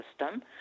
system